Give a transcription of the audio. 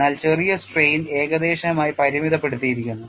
എന്നാൽ ചെറിയ സ്ട്രെയിൻ ഏകദേശമായി പരിമിതപ്പെടുത്തിയിരിക്കുന്നു